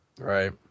Right